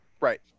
Right